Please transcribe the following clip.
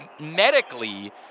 Medically